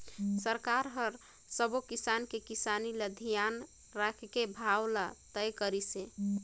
सरकार हर सबो किसान के किसानी ल धियान राखके भाव ल तय करिस हे